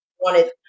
wanted